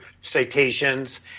citations